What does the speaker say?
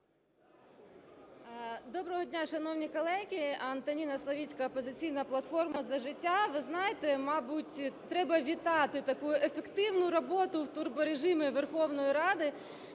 Доброго дня, шановні колеги, Антоніна Славицька, "Опозиційна платформа - За життя". Ви знаєте, мабуть, треба вітати таку ефективну роботу в турборежимі Верховної Ради,